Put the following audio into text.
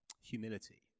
Humility